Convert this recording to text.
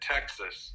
Texas